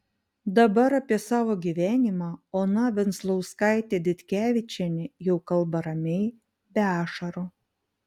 dabar apie savo gyvenimą ona venzlauskaitė ditkevičienė jau kalba ramiai be ašarų